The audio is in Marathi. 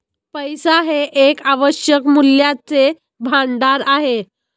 पैसा हे एक आवश्यक मूल्याचे भांडार आहे